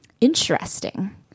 Interesting